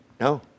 No